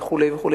וכו' וכו',